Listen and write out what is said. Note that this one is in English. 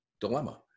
dilemma